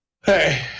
Hey